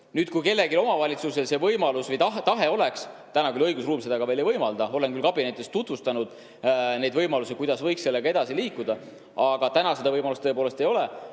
Nüüd, kui mõnes omavalitsuses see tahe oleks, siis õigusruum seda ei võimalda. Olen küll kabinetis tutvustanud neid võimalusi, kuidas võiks sellega edasi liikuda, aga täna seda võimalust tõepoolest ei ole.